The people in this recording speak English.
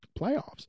Playoffs